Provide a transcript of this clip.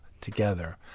together